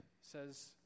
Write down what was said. says